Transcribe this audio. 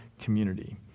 community